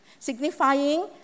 Signifying